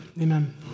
Amen